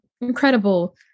incredible